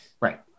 right